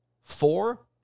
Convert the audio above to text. four